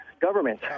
government